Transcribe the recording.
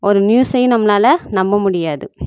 ஒரு நியூஸையும் நம்மளால் நம்ப முடியாது